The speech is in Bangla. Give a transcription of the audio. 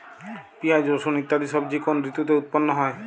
পিঁয়াজ রসুন ইত্যাদি সবজি কোন ঋতুতে উৎপন্ন হয়?